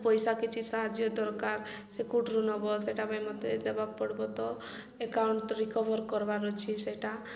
ପଇସା କିଛି ସାହାଯ୍ୟ ଦରକାର ସେ କୋଟରୁ ନବ ସେଟା ପାଇଁ ମୋତେ ଦେବା ପଡ଼ବ ତ ଏକାଉଣ୍ଟ ରିକଭର୍ କରବାର ଅଛି ସେଟା